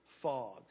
fog